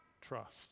trust